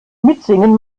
mitsingen